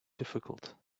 difficult